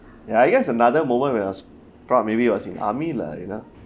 ya I guess another moment we was proud maybe it was in army lah you know